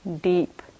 deep